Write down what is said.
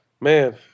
Man